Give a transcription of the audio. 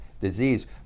disease